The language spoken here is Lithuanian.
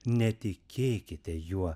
netikėkite juo